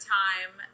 time